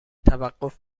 توقف